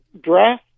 dress